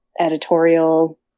editorial